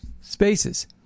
spaces